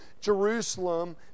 Jerusalem